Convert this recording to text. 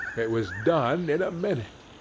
it was done in a minute.